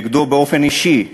נגדו באופן אישי,